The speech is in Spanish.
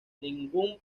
ningún